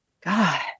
God